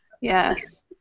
Yes